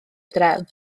drefn